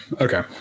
Okay